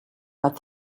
but